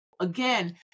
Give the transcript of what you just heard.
Again